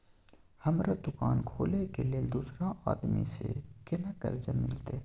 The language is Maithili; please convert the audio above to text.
हमरा दुकान खोले के लेल दूसरा आदमी से केना कर्जा मिलते?